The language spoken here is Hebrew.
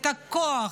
את הכוח,